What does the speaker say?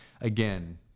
Again